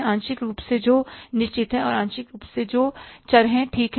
आंशिक रूप से जो निश्चित हैं और आंशिक रूप से जो चर हैं ठीक है